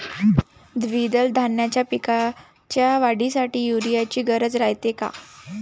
द्विदल धान्याच्या पिकाच्या वाढीसाठी यूरिया ची गरज रायते का?